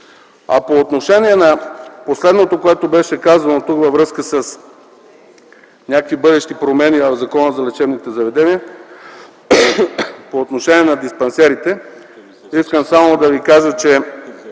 По отношение на последното, което беше казано тук във връзка с някакви бъдещи промени в Закона за лечебните заведения, по отношение на диспансерите. Искам само да ви кажа, че